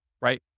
right